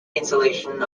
insulation